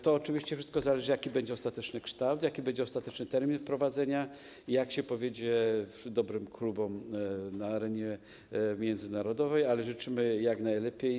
To oczywiście wszystko zależy od tego, jaki będzie ostateczny kształt, jaki będzie ostateczny termin wprowadzenia i jak się powiedzie dobrym klubom na arenie międzynarodowej, ale życzymy jak najlepiej.